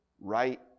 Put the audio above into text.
right